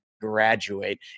graduate